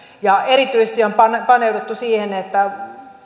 erityisesti on paneuduttu siihen että